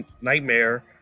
nightmare